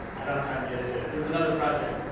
i don't have time to get into it. this is another project.